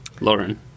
lauren